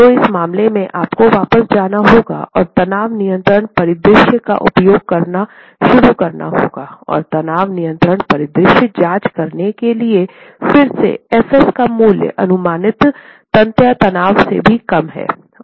तो इस मामले में आपको वापस जाना होगा और तनाव नियंत्रित परिदृश्य का उपयोग करना शुरू करना होगा और तनाव नियंत्रण परिदृश्य जांच करने के लिए फिर से fs का मूल्य अनुमति तन्यता तनाव से भी कम है